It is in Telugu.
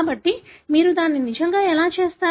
కాబట్టి మీరు దీన్ని నిజంగా ఎలా చేస్తారు